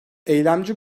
eylemci